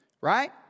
Right